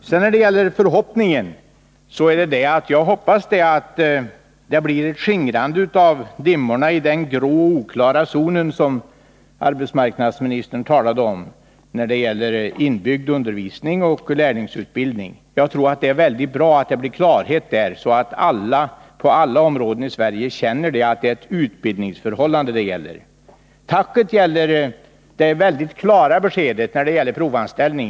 Sedan till min förhoppning: Jag hoppas att dimmorna kommer att skingras iden grå och oklara zon som arbetsmarknadsministern talat om när det gäller inbyggd undervisning och lärlingsutbildning. Jag tror att det är mycket bra att det blir klarhet på den punkten, så att alla — på alla områden i Sverige — känner att det gäller ett utbildningsförhållånde. Tacket gäller det mycket klara beskedet beträffande provanställning.